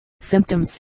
Symptoms